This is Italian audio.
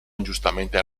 ingiustamente